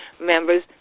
members